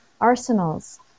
arsenals